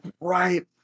right